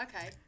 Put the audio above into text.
okay